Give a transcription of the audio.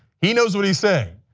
he knows what he's saying.